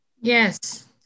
Yes